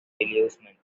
disillusionment